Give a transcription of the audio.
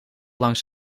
langs